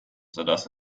sodass